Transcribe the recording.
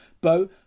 Bo